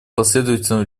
последовательно